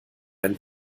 ein